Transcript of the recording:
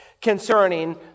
concerning